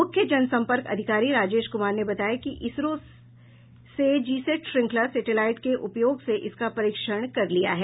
मूख्य जनसंपर्क अधिकारी राजेश कुमार ने बताया कि इसरो से जी सेट श्रृंखला सेटेलाईट के उपयोग से इसका परीक्षण कर लिया है